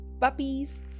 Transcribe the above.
Puppies